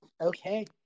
Okay